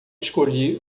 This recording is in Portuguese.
escolhi